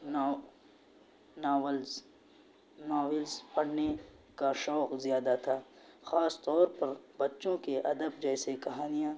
نو novels novels پڑھنے کا شوق زیادہ تھا خاص طور پر بچوں کے ادب جیسے کہانیاں